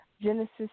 Genesis